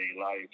life